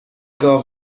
گاو